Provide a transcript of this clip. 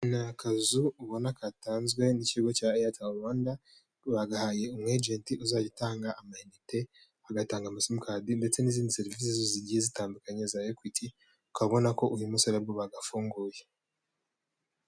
Ni akazu ubona katanzwe n'ikigo cya airtel Rwanda, rwagahaye umwegenti uzajya utanga amainite agatanga amasimukadi ndetse n'izindi serivisi zigiye zitandukanye za equity ukabona ko uyu munsi aribwo bagafunguye.